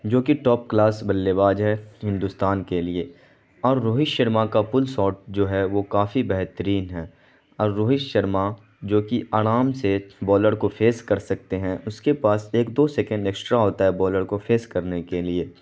جو کہ top class بلے باز ہے ہندوستان کے لیے اور روہت شرما کا پل ساٹ جو ہے وہ کافی بہترین ہے اور روہت شرما جو کہ آرام سے بالر کو فیس کر سکتے ہیں اس کے پاس ایک دو سیکنڈ ایکسٹرا ہوتا ہے بولر کو فیس کرنے کے لیے